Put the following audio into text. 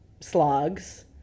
slogs